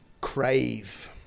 crave